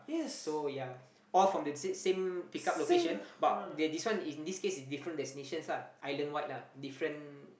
so ya all from the same pick up location but this one in this case is different destinations lah island wide lah different